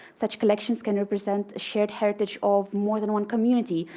such collections can represent shared heritage of more than one community.